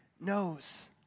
knows